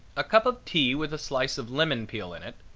a cup of tea with a slice of lemon peel in it,